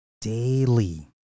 daily